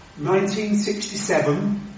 1967